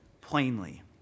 plainly